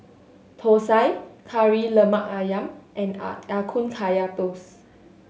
thosai Kari Lemak Ayam and ya Ya Kun Kaya Toast